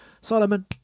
Solomon